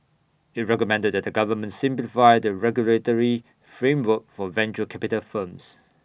IT recommended that the government simplify the regulatory framework for venture capital firms